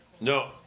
No